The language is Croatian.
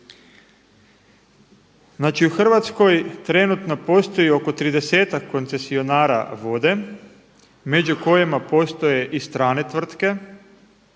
u Hrvatskoj postoji oko 30-tak koncesionara vode među kojima postoje i strane tvrtke